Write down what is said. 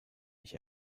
nicht